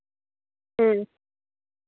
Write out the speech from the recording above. ᱦᱮᱸ